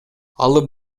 алып